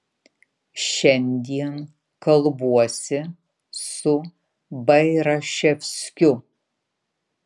šiandien kalbuosi su bairaševskiu